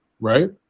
right